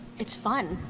it's fun.